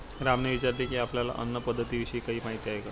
रामने विचारले की, आपल्याला अन्न पद्धतीविषयी काही माहित आहे का?